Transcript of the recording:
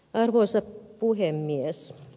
arvoisa puhemies